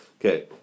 Okay